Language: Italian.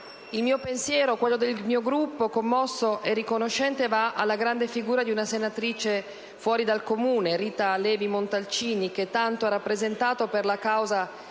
il pensiero mio e del mio Gruppo, commosso e riconoscente, va alla grande figura di una senatrice fuori dal comune, Rita Levi-Montalcini, che tanto ha rappresentato per la causa